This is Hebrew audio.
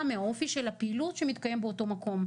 מהאופי של הפעילות שמתקיימת באותו מקום.